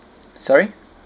sorry